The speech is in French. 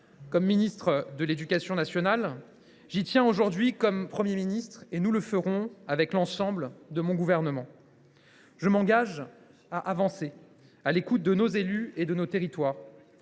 comme ministre de l’éducation nationale. J’y tiens aujourd’hui comme Premier ministre, et nous le ferons, avec l’ensemble de mon gouvernement. Je m’engage à avancer, à l’écoute de nos élus et de nos territoires.